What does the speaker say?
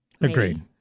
Agreed